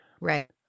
Right